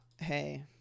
hey